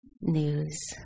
news